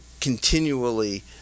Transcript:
continually